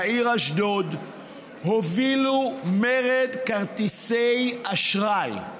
בעיר אשדוד הובילו מרד כרטיסי אשראי.